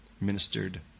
Ministered